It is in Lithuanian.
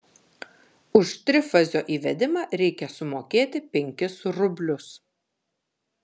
už trifazio įvedimą reikia sumokėti penkis rublius